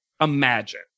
Imagine